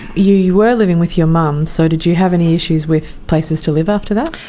you you were living with your mum, so did you have any issues with places to live after that?